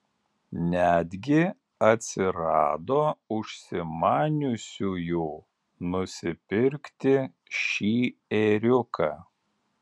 netgi atsirado užsimaniusiųjų nusipirkti šį ėriuką